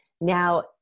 Now